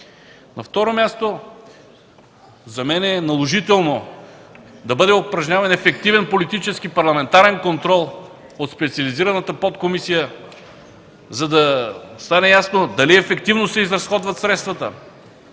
На второ място, за мен е наложително да бъде упражняван ефективен политически, парламентарен контрол от специализираната подкомисия, за да стане ясно дали ефективно се изразходват средствата,